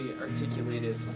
articulated